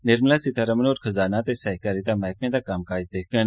निर्मला सीथारमण होर खजाना ते सैहकारिता मैहकमें दा कम्मकाज दिक्खड़न